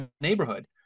neighborhood